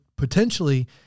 Potentially